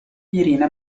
irina